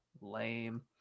lame